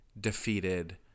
defeated